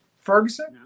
Ferguson